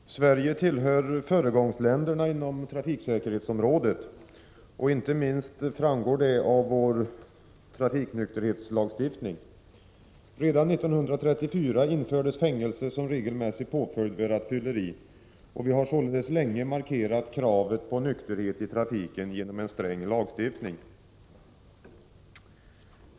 Fru talman! Sverige tillhör föregångsländerna inom trafiksäkerhetsområdet. Inte minst framgår det av vår trafiknykterhetslagstiftning. Redan 1934 infördes fängelse som en regelmässig påföljd vid rattfylleri. Vi har således länge markerat kravet på nykterhet i trafiken genom en sträng lagstiftning.